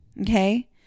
Okay